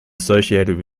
associated